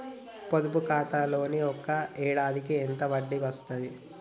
పొదుపు ఖాతాలో ఒక ఏడాదికి ఎంత వడ్డీ వస్తది?